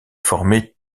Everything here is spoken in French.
formée